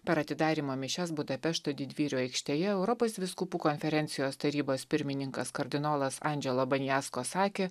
per atidarymo mišias budapešto didvyrių aikštėje europos vyskupų konferencijos tarybos pirmininkas kardinolas andželo banjasko sakė